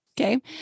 Okay